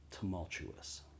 tumultuous